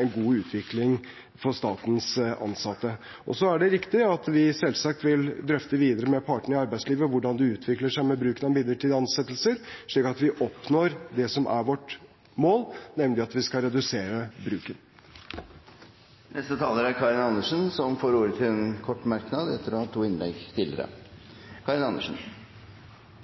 en god utvikling for statens ansatte. Det er riktig at vi selvsagt vil drøfte videre med partene i arbeidslivet hvordan det utvikler seg med bruken av midlertidige ansettelser, slik at vi oppnår det som er vårt mål, nemlig at vi skal redusere bruken. Representanten Karin Andersen har hatt ordet to ganger tidligere og får ordet til en kort merknad,